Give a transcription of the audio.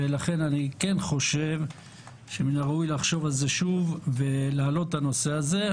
לכן אני חושב שמן הראוי לחשוב על זה שוב ולהעלות את הנושא הזה.